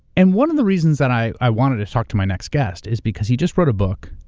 and one of the reasons that i i wanted to talk to my next guest is because he just wrote a book,